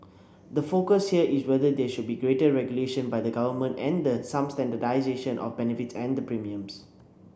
the focus here is whether there should be greater regulation by the government and the some standardisation of benefits and the premiums